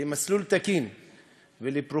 למסלול תקין ולפרופורציה